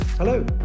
Hello